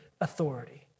authority